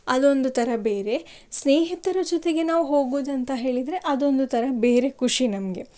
ಅದೊಂದು ಥರ ಬೇರೆ ಸ್ನೇಹಿತರ ಜೊತೆಗೆ ನಾವು ಹೋಗೋದಂತ ಹೇಳಿದರೆ ಅದೊಂದು ಥರ ಬೇರೆ ಖುಷಿ ನಮಗೆ